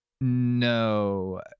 no